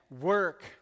work